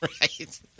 Right